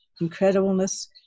incredibleness